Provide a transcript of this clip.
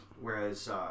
whereas